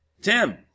Tim